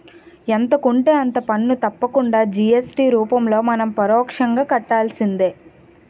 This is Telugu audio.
ఎంత కొంటే అంత పన్ను తప్పకుండా జి.ఎస్.టి రూపంలో మనం పరోక్షంగా కట్టాల్సిందే